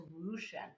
solution